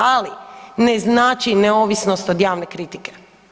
Ali, ne znači neovisnosti od javne kritike.